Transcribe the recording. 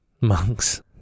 Monks